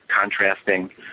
contrasting